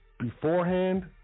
beforehand